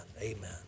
Amen